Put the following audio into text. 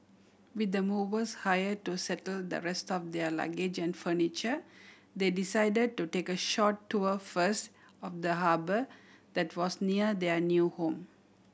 with the movers hire to settle the rest of their luggage and furniture they decided to take a short tour first of the harbour that was near their new home